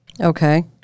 Okay